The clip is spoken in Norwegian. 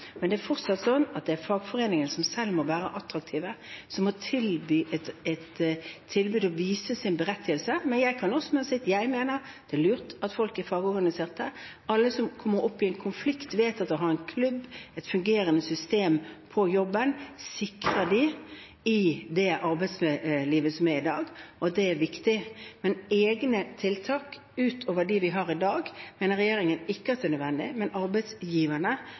men det er fortsatt slik at det er fagforeningene selv som må være attraktive, som må ha et tilbud og vise sin berettigelse. Jeg mener også det er lurt at folk er fagorganiserte. Alle som kommer opp i en konflikt, vet at å ha en klubb, et fungerende system på jobben, sikrer dem i det arbeidslivet som er i dag, og at det er viktig. Egne tiltak, utover dem vi har i dag, mener regjeringen ikke er nødvendig, men arbeidsgiverne